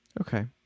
Okay